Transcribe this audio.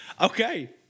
Okay